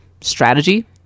strategy